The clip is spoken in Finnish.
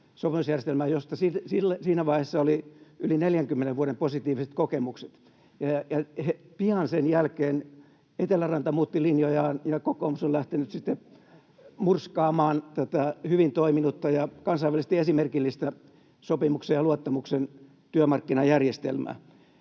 josta siinä vaiheessa oli yli 40 vuoden positiiviset kokemukset. Pian sen jälkeen Eteläranta muutti linjojaan, ja kokoomus on lähtenyt sitten murskaamaan tätä hyvin toiminutta ja kansainvälisesti esimerkillistä sopimuksen ja luottamuksen työmarkkinajärjestelmää.